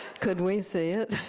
could we see it?